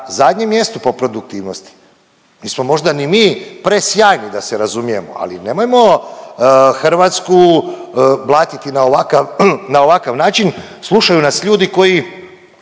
zadnjem mjestu po produktivnosti. Nismo možda ni mi presjajni da se razumijemo, ali nemojmo Hrvatsku blatiti na ovaka način, slušaju nas ljudi koji